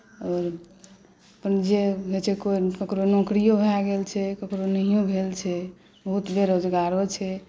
आओर अपन जे होइत छै कोइ ककरो नौकरिओ भए गेल छै ककरो नहिओ भेल छै बहुत बेरोजगारो छै